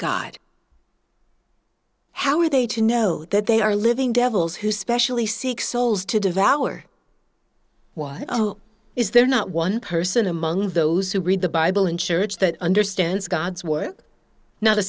god how are they to know that they are living devils who specially seek souls to devour why is there not one person among those who read the bible in church that understands god's word not a